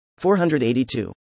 482